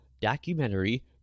documentary